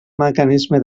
mecanisme